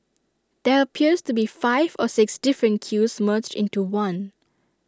there appears to be five or six different queues merged into one